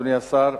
אדוני השר,